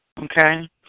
Okay